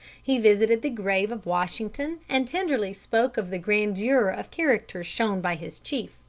he visited the grave of washington, and tenderly spoke of the grandeur of character shown by his chief.